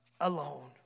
alone